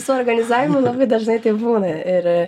su organizavimu labai dažnai taip būna ir